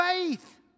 faith